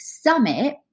Summit